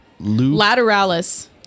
Lateralis